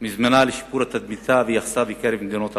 מזמנה לשיפור תדמיתה ויחסיה בקרב מדינות העולם.